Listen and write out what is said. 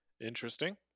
Interesting